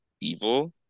evil